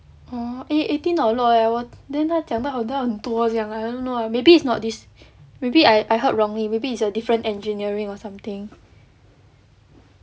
oh eh eighty not a lot leh !wah! then 他讲到很像很多这样 I don't know maybe it's not this maybe I I heard wrongly maybe it's a different engineering or something